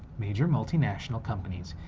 major multi-national companies.